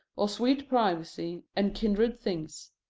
or sweet privacy, and kindred things.